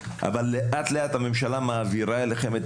אבל לאט לאט הממשלה מעבירה אליכם את